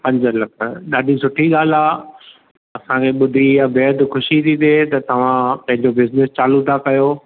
पंज लख ॾाढी सुठी ॻाल्हि आहे असां खे ॿुधी हीअ बेहद ख़ुशी थी थिए त तव्हां पंहिंजो बिज़निस चालू था कयो